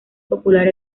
popular